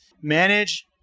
manage